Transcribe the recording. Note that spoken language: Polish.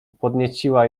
podnieciła